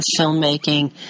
filmmaking